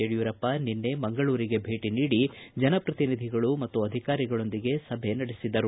ಯಡಿಯೂರಪ್ಪ ನಿನ್ನೆ ಮಂಗಳೂರಿಗೆ ಭೇಟಿ ನೀಡಿ ಜನಪ್ರತಿನಿಧಿಗಳು ಮತ್ತು ಅಧಿಕಾರಿಗಳೊಂದಿಗೆ ಸಭೆ ನಡೆಸಿದರು